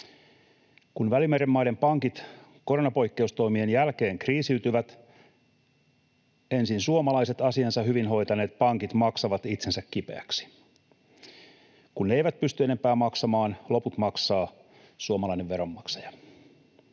Kun Välimeren maiden pankit koronapoikkeustoimien jälkeen kriisiytyvät, ensin suomalaiset asiansa hyvin hoitaneet pankit maksavat itsensä kipeäksi. Kun ne eivät pysty enempää maksamaan, loput maksaa suomalainen veronmaksaja.